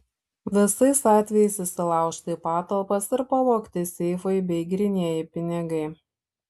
visais atvejais įsilaužta į patalpas ir pavogti seifai bei grynieji pinigai